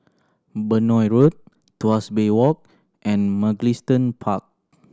Benoi Road Tuas Bay Walk and Mugliston Park